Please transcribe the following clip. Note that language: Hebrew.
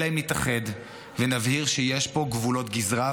אלא אם כן נתאחד ונבהיר שיש פה גבולות גזרה,